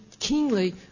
keenly